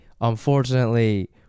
unfortunately